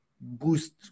boost